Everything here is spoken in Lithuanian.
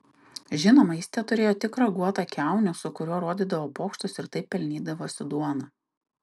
žinoma jis teturėjo tik raguotą kiaunių su kuriuo rodydavo pokštus ir taip pelnydavosi duoną